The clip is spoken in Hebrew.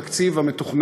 ששוב, בתקציב המתוכנן,